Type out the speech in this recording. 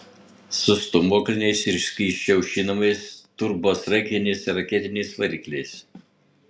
su stūmokliniais ir skysčiu aušinamais turbosraigtiniais ar raketiniais varikliais